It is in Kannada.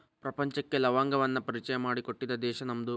ಪ್ರಪಂಚಕ್ಕೆ ಲವಂಗವನ್ನಾ ಪರಿಚಯಾ ಮಾಡಿಕೊಟ್ಟಿದ್ದ ದೇಶಾ ನಮ್ದು